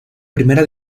primera